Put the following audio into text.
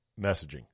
messaging